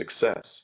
success